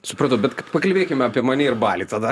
supratau bet pakalbėkim apie mane ir balį tada